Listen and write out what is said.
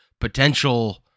potential